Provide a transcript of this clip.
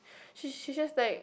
she she just like